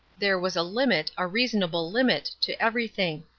there was a limit, a reasonable limit, to everything.